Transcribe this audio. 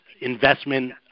investment